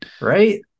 right